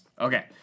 Okay